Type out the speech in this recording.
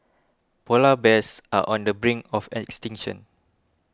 Polar Bears are on the brink of extinction